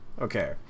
okay